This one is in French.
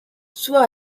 soit